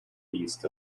east